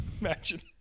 Imagine